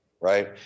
right